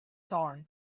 torn